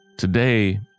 Today